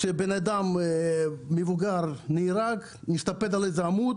כשבן אדם מבוגר נהרג, משופד על איזה עמוד,